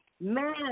Man